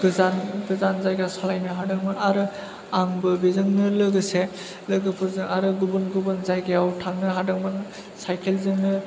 गोजान गोजान जायगा सालायनो हादोंमोन आरो आंबो बेजोंनो लोगोसे लोगोफोरजों आरो गुबुन गुबुन जायगायाव थांनो हादोंमोन साइकेल जोंनो